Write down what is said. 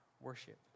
worship